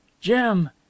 Jim